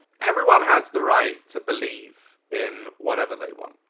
everyone has the right to believe in whatever they want.